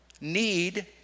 need